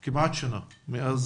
פברואר עברה כמעט שנה מאז